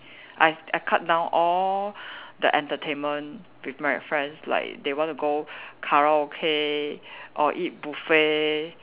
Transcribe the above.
I I cut down all the entertainment with my friends like they want to go karaoke or eat buffet